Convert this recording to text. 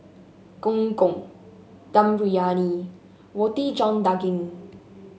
Gong Gong Dum Briyani Roti John Daging